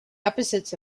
opposite